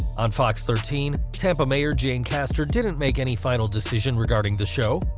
on fox thirteen, tampa mayor jane castor didn't make any final decision regarding the show,